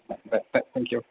दे दे दे थेंकिउ